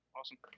Awesome